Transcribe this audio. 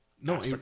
No